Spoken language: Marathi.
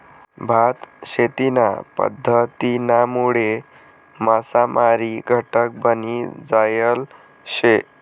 भात शेतीना पध्दतीनामुळे मासामारी घटक बनी जायल शे